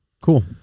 Cool